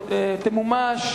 תמומש,